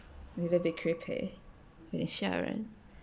you very creepy 你吓人